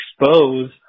expose